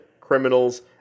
criminals